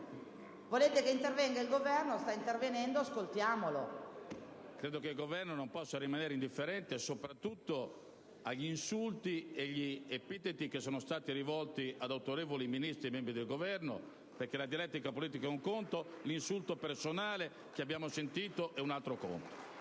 alla Presidenza del Consiglio dei ministri*. Credo che il Governo non possa rimanere indifferente soprattutto agli insulti e agli epiteti che sono stati rivolti ad autorevoli Ministri e membri dell'Esecutivo, perché la dialettica politica è un conto, e l'insulto personale che abbiamo sentito è un altro conto!